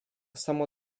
samo